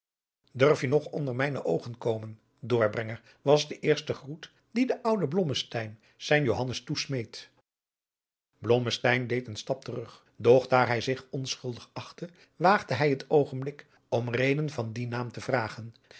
durfje nog onder mijne oogen komen doorbrenger was de eerste groet dien de oude blommesteyn zijn johannes toesmeet blommesteyn deed een stap terug doch daar hij zich onschuldig achtte waagde hij het oogenblikkelijk om reden van dien naam te vragen